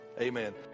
amen